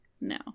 no